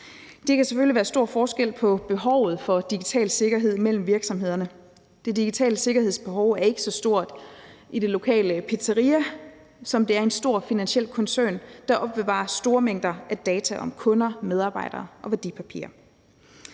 Der kan selvfølgelig være stor forskel på behovet for digital sikkerhed mellem virksomhederne. Det digitale sikkerhedsbehov er ikke så stort i det lokale pizzeria, som det er i en stor finansiel koncern, der opbevarer store mængder data om kunder, medarbejdere og værdipapirer.